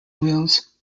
wales